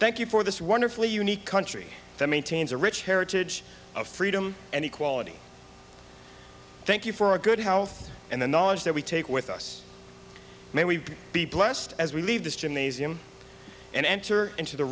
thank you for this wonderfully unique country that maintains a rich heritage of freedom and equality thank you for a good health and the knowledge that we take with us may we be blessed as we leave this gymnasium and enter into the